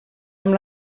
amb